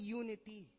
unity